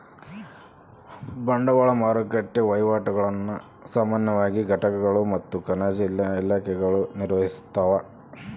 ಬಂಡವಾಳ ಮಾರುಕಟ್ಟೆ ವಹಿವಾಟುಗುಳ್ನ ಸಾಮಾನ್ಯವಾಗಿ ಘಟಕಗಳು ಮತ್ತು ಖಜಾನೆ ಇಲಾಖೆಗಳು ನಿರ್ವಹಿಸ್ತವ